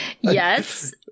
Yes